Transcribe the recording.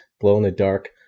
glow-in-the-dark